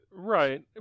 Right